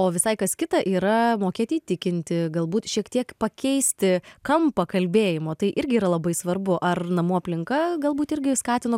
o visai kas kita yra mokėti įtikinti galbūt šiek tiek pakeisti kampą kalbėjimo tai irgi yra labai svarbu ar namų aplinka galbūt irgi skatino